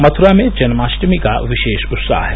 मथुरा में जन्माष्टमी का विशेष उत्साह है